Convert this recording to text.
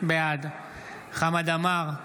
בעד חמד עמאר,